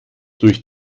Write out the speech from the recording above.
durch